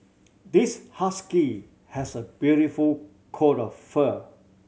this husky has a beautiful coat of fur